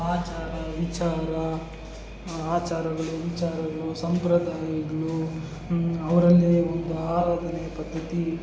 ಆಚಾರ ವಿಚಾರ ಆಚಾರಗಳು ವಿಚಾರಗಳು ಸಂಪ್ರದಾಯಗಳು ಅವರಲ್ಲೇ ಒಂದು ಆರೋಗ್ಯದಲ್ಲಿ ಪದ್ಧತಿ